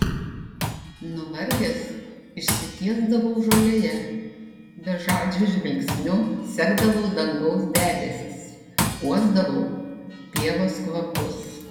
nuvargęs išsitiesdavau žolėje bežadžiu žvilgsniu sekdavau dangaus debesis uosdavau pievos kvapus